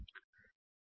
তবে কী হচ্ছে